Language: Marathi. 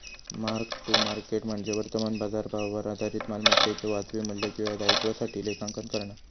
मार्क टू मार्केट म्हणजे वर्तमान बाजारभावावर आधारित मालमत्तेच्यो वाजवी मू्ल्य किंवा दायित्वासाठी लेखांकन करणा